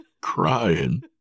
crying